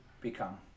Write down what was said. become